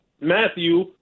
Matthew